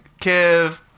kev